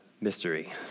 mystery